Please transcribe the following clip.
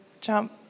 jump